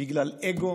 בגלל אגו,